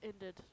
ended